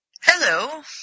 Hello